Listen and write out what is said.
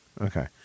Okay